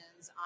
on